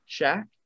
Shaq